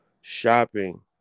shopping